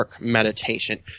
meditation